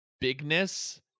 bigness